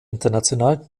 international